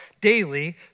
daily